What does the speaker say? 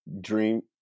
dream